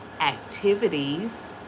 activities